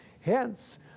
Hence